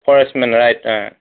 forest men right আ